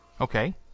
Okay